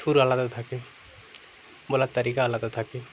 সুর আলাদা থাকে বলার তারিকা আলাদা থাকে